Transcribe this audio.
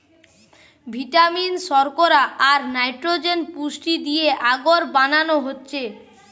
vitamin, শর্করা, আর nitrogen পুষ্টি দিয়ে আগর বানানো হচ্ছে